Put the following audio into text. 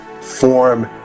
form